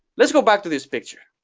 let's go back to this picture.